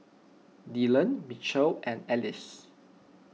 Dillan Mitchel and Alize